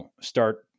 start